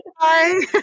Bye